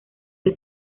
que